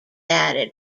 added